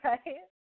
Right